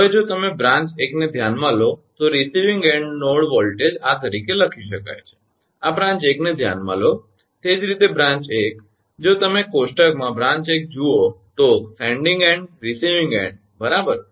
હવે જો તમે બ્રાંચ 1 ને ધ્યાનમાં લો તો રિસીવીંગ એન્ડ નોડ વોલ્ટેજ આ તરીકે લખી શકાય છે આ બ્રાંચ 1 ને ધ્યાનમાં લો તે જ રીતે બ્રાંચ 1 જો તમે કોષ્ટકમાં બ્રાંચ 1 જુઓ તો સેન્ડીંગ એન્ડ રિસીવીંગ એન્ડ બરાબર